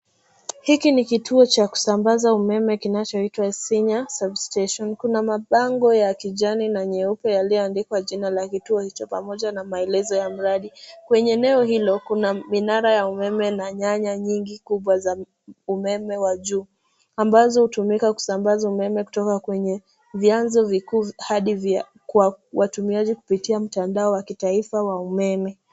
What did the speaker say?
Hiki ni kituo cha kusambaza umeme kinachoitwa Sinya sub-station. Kuna mabango ya kijani na nyeupe yaliyoandikwa jina la kituo hicho pamoja na maelezo ya mradi. Kwenye eneo hilo kuna minara ya umeme na nyaya nyingi kubwa za umeme wa juu, ambazo hutumika kusambaza umeme kutoka kwenye vyanzo vikuu hadi kwa watumiaji kwa kupitia mtandao wa kitaifa wa umeme.